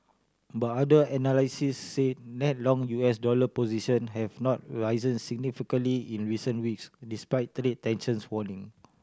but other analysts say net long U S dollar position have not risen significantly in recent weeks despite trade tensions waning